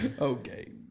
Okay